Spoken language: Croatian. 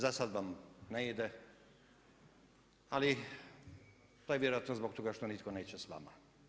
Za sad vam ne ide, ali pa i vjerojatno zbog toga što nitko neće sa vama.